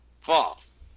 False